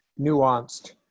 nuanced